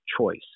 choice